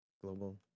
global